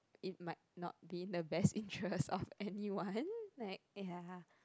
it might not be in the best interest of anyone like ya